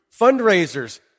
Fundraisers